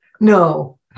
no